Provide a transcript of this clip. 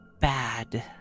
bad